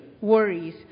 worries